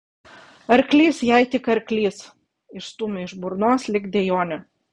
arklys jai tik arklys išstūmė iš burnos lyg dejonę